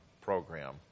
program